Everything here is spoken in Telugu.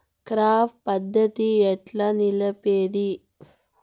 క్రాప్ పంట పద్ధతిని ఎట్లా నిలిపేది?